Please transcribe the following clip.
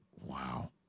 Wow